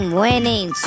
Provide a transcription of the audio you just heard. winning